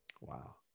Wow